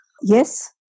Yes